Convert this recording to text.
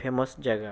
famous ଜାଗା